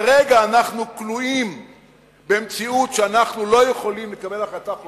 כרגע אנחנו כלואים במציאות שאנחנו לא יכולים לקבל החלטה חופשית,